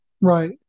Right